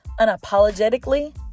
unapologetically